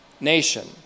nation